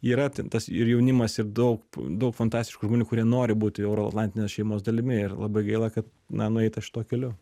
yra ten tas ir jaunimas ir daug daug fantastiškų žmonių kurie nori būti euroatlantinės šeimos dalimi ir labai gaila kad na nueita šituo keliu